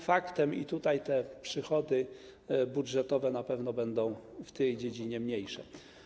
Faktem jest, że przychody budżetowe na pewno będą w tej dziedzinie mniejsze.